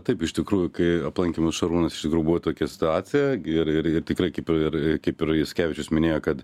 taip iš tikrųjų kai aplankė mus šarūnas iš tikrųjų buvo tokia situacija ir ir ir tikrai kaip ir kaip ir jaskevičius minėjo kad